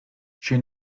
she